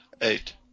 eight